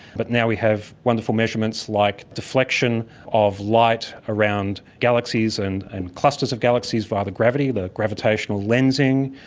but now we have wonderful measurements like deflection of light around galaxies and and clusters of galaxies via the gravity, the gravitational lensing.